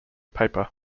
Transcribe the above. paper